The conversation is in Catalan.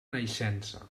naixença